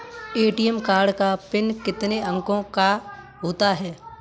ATM card का pin कितने अंकों का होता है?